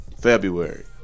February